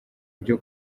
byo